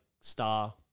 Star